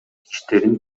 иштерин